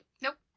Nope